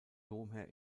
domherr